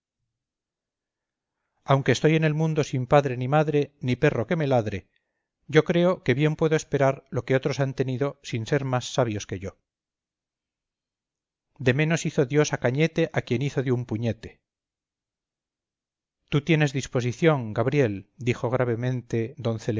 aunque estoy en el mundo sin padre ni madre ni perro que me ladre yo creo que bien puedo esperar lo que otros han tenido sin ser más sabios que yo de menos hizo dios a cañete a quien hizo de un puñete tú tienes disposición gabriel dijo gravemente don